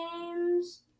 games